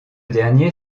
dernier